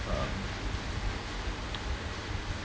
uh